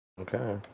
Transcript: Okay